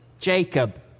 Jacob